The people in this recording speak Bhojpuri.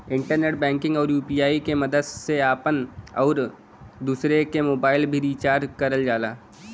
इंटरनेट बैंकिंग आउर यू.पी.आई के मदद से आपन आउर दूसरे क मोबाइल भी रिचार्ज करल जाला